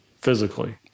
physically